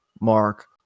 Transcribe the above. Mark